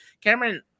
cameron